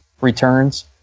returns